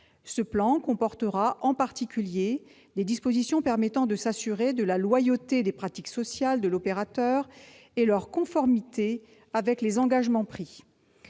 Ce plan comportera, en particulier, des dispositions permettant de s'assurer de la loyauté des pratiques sociales de l'opérateur et de leur conformité avec les engagements pris.